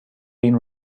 been